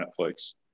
Netflix